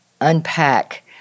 unpack